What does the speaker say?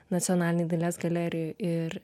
nacionalinėj dailės galerijoj ir